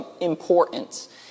important